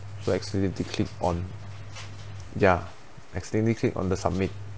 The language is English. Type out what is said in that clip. so accidentally click on ya accidentally click on the submit